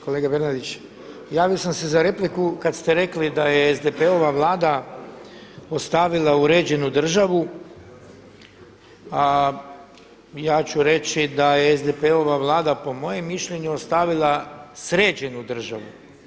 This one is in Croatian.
Kolega Bernardić javio sam se za repliku kad ste rekli da je SDP-ova Vlada ostavila uređenu državu, a ja ću reći da je SDP-ova Vlada po mojem mišljenju ostavila sređenu državu.